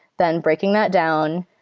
then breaking that down,